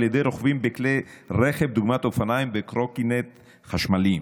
ידי רוכבים בכלי רכב דוגמת אופניים וקורקינטים חשמליים.